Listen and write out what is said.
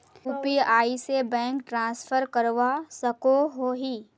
UPI से bank transfer करवा सकोहो ही?